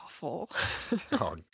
awful